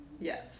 Yes